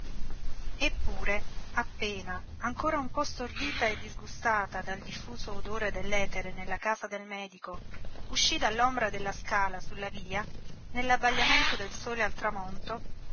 eppure appena ancora un po stordita e disgustata dal diffuso odore dell'etere nella casa del medico uscí dall'ombra della scala sulla via nell'abbagliamento del sole al tramonto